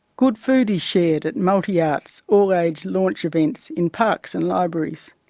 good food is shared at multi-arts all-age launch events in parks and libraries.